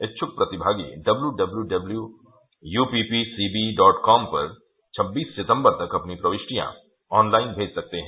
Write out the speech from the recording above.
इच्छुक प्रतिभागी W W UPPCB com पर छबीस सितम्बर तक अपनी प्रविष्टियां ऑन लाइन भेज सकते हैं